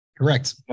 Correct